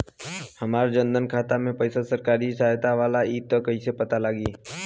हमार जन धन खाता मे पईसा सरकारी सहायता वाला आई त कइसे पता लागी?